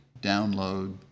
download